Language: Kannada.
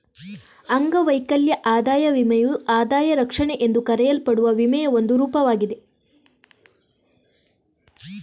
ಅಂಗವೈಕಲ್ಯ ಆದಾಯ ವಿಮೆಯು ಆದಾಯ ರಕ್ಷಣೆ ಎಂದು ಕರೆಯಲ್ಪಡುವ ವಿಮೆಯ ಒಂದು ರೂಪವಾಗಿದೆ